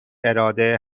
اراده